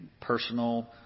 personal